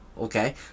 okay